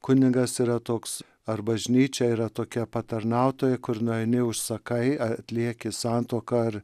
kunigas yra toks ar bažnyčia yra tokia patarnautoja kur nueini užsakai atlieki santuoką ar